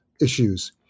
issues